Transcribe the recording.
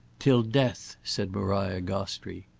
till death! said maria gostrey.